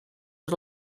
was